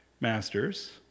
masters